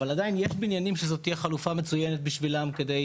אבל עדיין יש בניינים שזו תהיה חלופה מצוינת בשבילם כדי